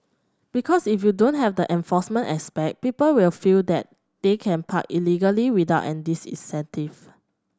because if you don't have the enforcement aspect people will feel that they can park illegally without any disincentive